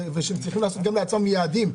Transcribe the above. והם גם צריכים לעשות לעצמם יעדים.